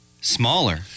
Smaller